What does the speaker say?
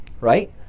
right